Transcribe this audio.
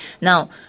Now